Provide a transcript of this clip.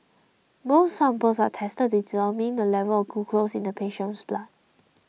both samples are tested to determine the level of glucose in the patient's blood